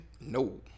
No